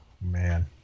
man